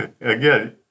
again